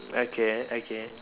okay okay